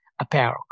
apparel